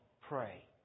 pray